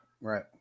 Right